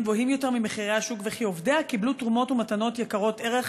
גבוהים יותר ממחירי השוק וכי עובדיה קיבלו תרומות ומתנות יקרות ערך